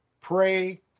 pray